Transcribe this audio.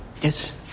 Yes